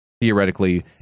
theoretically